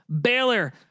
Baylor